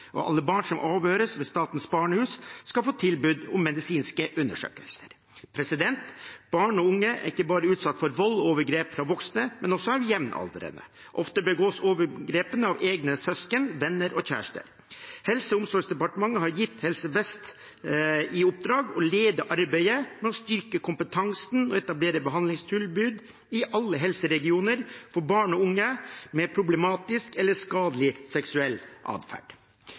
og alle barn som avhøres ved Statens barnehus, skal få tilbud om medisinske undersøkelser. Barn og unge er ikke bare utsatt for vold og overgrep fra voksne, men også fra jevnaldrende. Ofte begås overgrepene av egne søsken, venner og kjæreste. Helse- og omsorgsdepartementet har gitt Helse Vest i oppdrag å lede arbeidet med å styrke kompetansen og etablere behandlingstilbud i alle helseregioner for barn og unge med problematisk eller skadelig seksuell